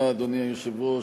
אדוני היושב-ראש,